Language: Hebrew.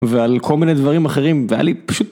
ועל כל מיני דברים אחרים, והיה לי פשוט...